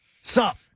Sup